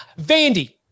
Vandy